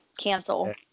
cancel